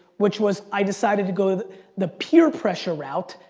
which was i decided to go the the peer pressure route,